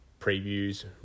previews